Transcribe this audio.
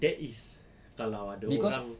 that is kalau ada orang